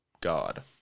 God